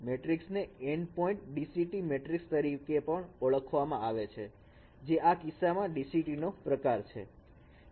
matrix ને N point DCT matrix તરીકે પણ ઓળખવામાં આવે છે જે આ કિસ્સામાં DCT નો પ્રકાર છે